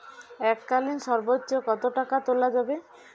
এককালীন সর্বোচ্চ কত টাকা তোলা যাবে?